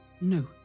No